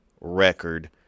record